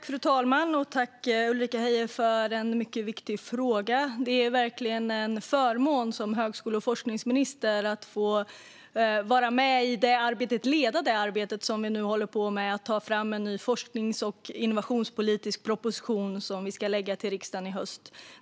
Fru talman! Tack, Ulrika Heie, för en mycket viktig fråga! Det är verkligen en förmån som högskole och forskningsminister att få leda arbetet, som vi nu håller på med, att ta fram en ny forsknings och innovationspolitisk proposition som vi ska lägga fram till riksdagen i höst.